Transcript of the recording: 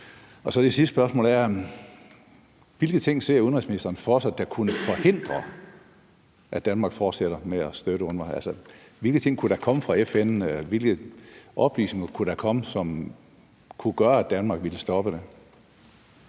Mit sidste spørgsmål er: Hvilke ting ser udenrigsministeren for sig, der kan forhindre, at Danmark fortsætter med at støtte UNRWA? Hvilke ting kunne der komme fra FN, hvilke oplysninger kunne der komme, som gjorde, at Danmark ville stoppe